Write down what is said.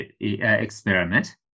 experiment